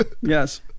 Yes